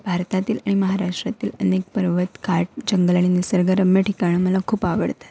भारतातील आणि महाराष्ट्रातील अनेक पर्वत घाट जंगल आणि निसर्गरम्य ठिकाणं मला खूप आवडतात